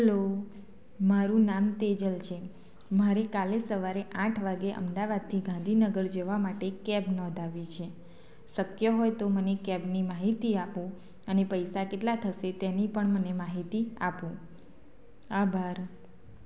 hello મારું નામ તેજલ છે મારી કાલે સવારે આઠ વાગે અમદાવાદથી ગાંધીનગર જવા માટે કેબ નોંધાવી છે શક્ય હોય તો મને કેબની માહિતી આપો અને પૈસા કેટલા થશે તેની પણ મને માહિતી આપો આભાર